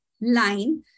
line